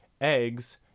eggs